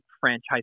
franchise